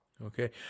Okay